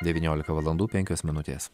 devyniolika valandų penkios minutės